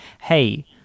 hey